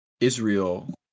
Israel